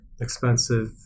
expensive